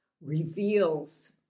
reveals